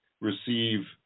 receive